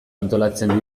antolatzen